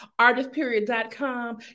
artistperiod.com